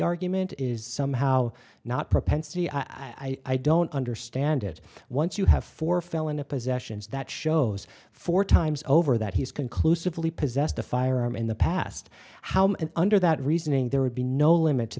argument is somehow not propensity i i don't understand it once you have four felony possessions that shows four times over that he's conclusively possessed a firearm in the past how under that reasoning there would be no limit to